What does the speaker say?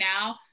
now